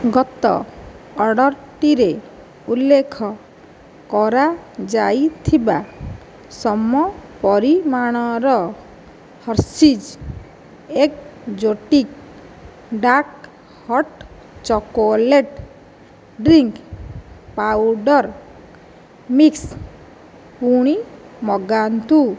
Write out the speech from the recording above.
ଗତ ଅର୍ଡ଼ର୍ଟିରେ ଉଲ୍ଲେଖ କରାଯାଇଥିବା ସମ ପରିମାଣର Hershey's exotic dark hot chocolate drink powder mix ପୁଣି ମଗାନ୍ତୁ